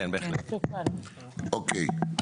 אוקיי.